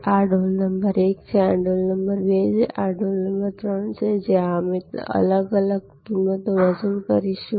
તો આ ડોલ નંબર 1 છે આ ડોલ નંબર 2 છે આ ડોલ નંબર 3 છે જ્યાં અમે અલગ અલગ કિંમતો વસૂલ કરીશું